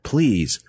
Please